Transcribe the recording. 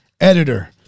editor